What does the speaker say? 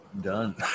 done